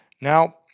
Now